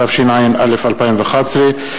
התשע"א 2011,